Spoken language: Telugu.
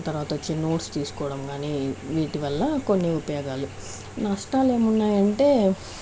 తర్వాత వచ్చి నోట్స్ తీసుకోవడం కానీ వీటివల్ల కొన్ని ఉపయోగాలు నష్టాలు ఏమున్నాయంటే